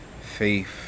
faith